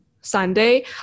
Sunday